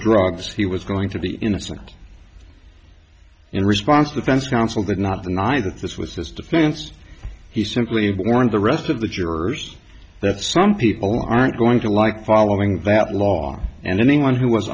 drugs he was going to be innocent in response offense counsel did not deny that this was his defense he simply warned the rest of the jurors that some people aren't going to like following that law and anyone who was